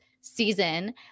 season